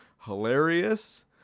hilarious